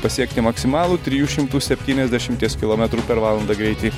pasiekti maksimalų trijų šimtų septyniasdešimties kilometrų per valandą greitį